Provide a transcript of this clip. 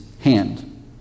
hand